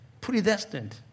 predestined